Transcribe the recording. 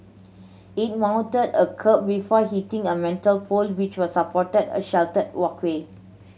it mounted a kerb before hitting a metal pole which was supporting a sheltered walkway